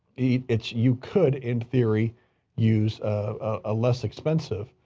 it's, you could in theory use a, a less expensive.